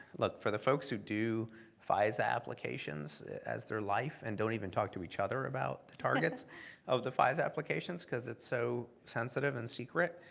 look, for the folks who do fisa applications as their life, and don't even talk to each other about the targets of the fisa applications because it's so sensitive and secret